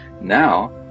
Now